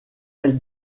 elle